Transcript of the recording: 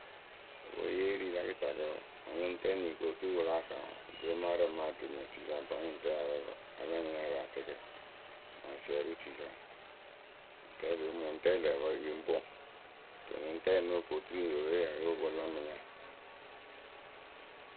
Eweeye yée ri la kɨtakǝ wǝǝ aŋʊŋtɛniyǝ kɨ o turu wɨ láa saŋ wǝǝ gbemaarǝ mɨ ademɛtuyǝ sa vǝ́ ŋʊŋtɛyǝ ya lǝ́ǝ pǝ a la ŋ nya yɨ rɨ atɛɛkǝ mɨ asiɛrɩtuyǝ sa. Atɛlɩyǝ o mɨŋ ŋʊŋtɛ lǝǝ pǝ yɨ lɨŋ pɔŋ to ŋʊŋtɛ ŋ nóo kuŋ oturu ŋyǝ eyǝ we ya yóo poŋ la ŋ mɨ nya.